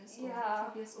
ya